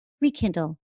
rekindle